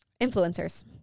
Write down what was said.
Influencers